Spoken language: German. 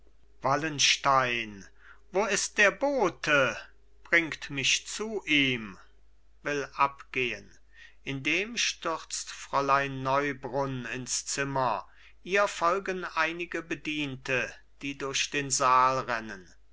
wallenstein wo ist der bote bringt mich zu ihm will abgehen indem stürzt fräulein neubrunn ins zimmer ihr folgen einige bediente die durch den saal rennen